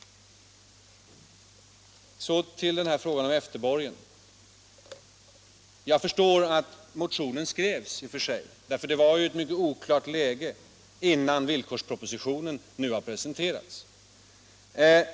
Så till frågan om efterborgen. I och för sig förstår jag att motionen skrevs, eftersom läget var mycket oklart, innan villkorspropositionen presenterades.